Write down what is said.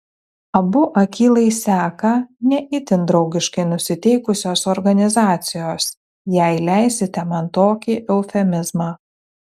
abu akylai seka ne itin draugiškai nusiteikusios organizacijos jei leisite man tokį eufemizmą